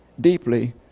deeply